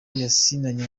yasinyanye